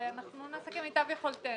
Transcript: אנחנו נעשה כמיטב יכולתנו.